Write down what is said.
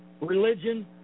religion